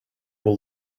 will